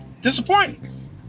disappointing